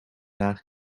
naar